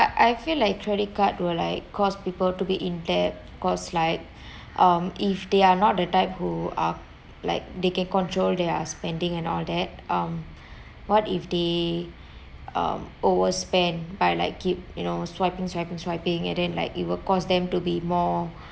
I feel like credit card will like cause people to be in debt cause like um if they are not the type who are like they can control their spending and all that um what if they um overspend by like keep you know swiping swiping swiping and then like it will cause them to be more